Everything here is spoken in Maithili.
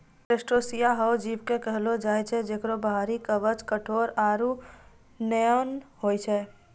क्रस्टेशिया हो जीव कॅ कहलो जाय छै जेकरो बाहरी कवच कठोर आरो नम्य होय छै